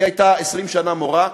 היא הייתה 20 שנה מורה,